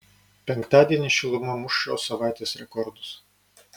penktadienį šiluma muš šios savaitės rekordus